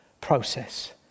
process